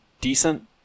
decent